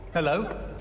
hello